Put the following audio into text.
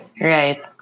Right